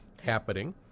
happening